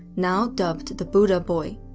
now dubbed the buddha boy.